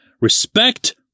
Respect